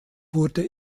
wurde